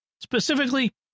specifically